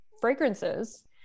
fragrances